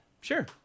sure